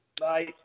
Bye